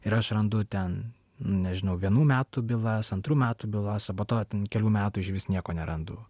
ir aš randu ten nežinau vienų metų bylas antrų metų bylas o po to kelių metų išvis nieko nerandu